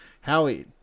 Howie